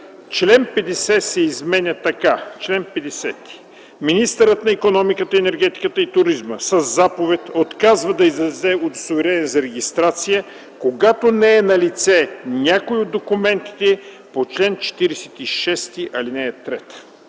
Член 50 се изменя така: „Чл. 50. Министърът на икономиката, енергетиката и туризма със заповед отказва да издаде удостоверение за регистрация, когато не е налице някой от документите по чл. 46, ал.